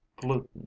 gluten